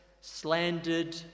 slandered